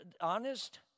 honest